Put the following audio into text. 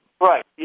Right